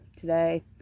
today